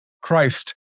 Christ